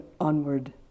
onward